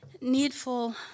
needful